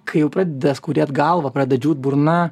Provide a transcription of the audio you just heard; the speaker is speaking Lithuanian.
kai jau pradeda skaudėt galvą pradeda džiūt burna